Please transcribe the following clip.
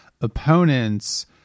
opponents